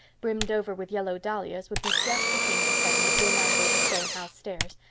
brimmed over with yellow dahlias, would be just the thing to set in a dim angle of the stone house stairs,